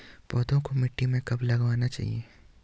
पौधों को मिट्टी में कब लगाना चाहिए?